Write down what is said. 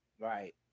Right